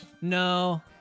No